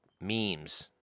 memes